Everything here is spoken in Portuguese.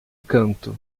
canto